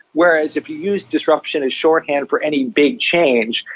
whereas if you use disruption as shorthand for any big change,